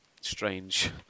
strange